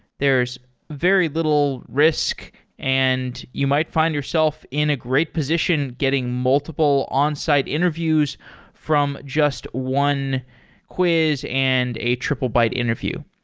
there's very little risk and you might find yourself in a great position getting multiple onsite interviews from just one quiz and a triplebyte interview.